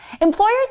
Employers